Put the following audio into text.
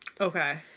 Okay